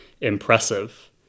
impressive